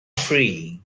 free